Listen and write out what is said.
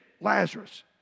Lazarus